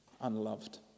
unloved